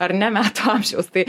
ar ne metų amžiaus tai